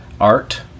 art